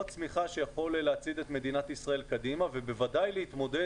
צמיחה שיכול להצעיד את מדינת ישראל קדימה ובוודאי להתמודד